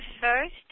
first